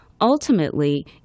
Ultimately